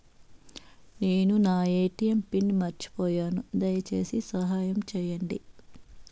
నేను నా ATM pin మర్చిపోయాను, దయచేసి సహాయం చేయండి